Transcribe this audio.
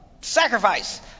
sacrifice